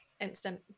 instant